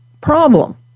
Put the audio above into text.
problem